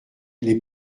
lès